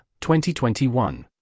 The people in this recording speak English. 2021